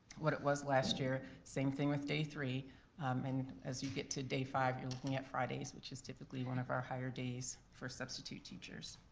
what it was last year. same thing with day three and, as you get to day five, you're looking at fridays which is typically one of our higher days for substitute teachers.